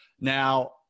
now